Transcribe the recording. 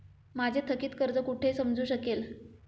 माझे थकीत कर्ज कुठे समजू शकेल?